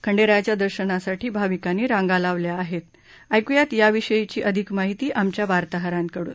खंडेरायाच्या दर्शनासाठी भाविकांनी रांगा लावल्या होत्या ऐक्यात याविषयी अधिक माहिती आमच्या वार्ताहराकडून